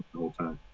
whole time.